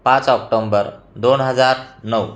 पाच ऑक्टोंबर दोन हजार नऊ